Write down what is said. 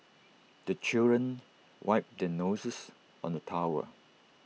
the children wipe their noses on the towel